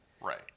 Right